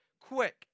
quick